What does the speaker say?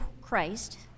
Christ